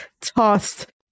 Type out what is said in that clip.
tossed